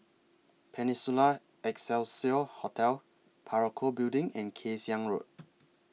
Peninsula Excelsior Hotel Parakou Building and Kay Siang Road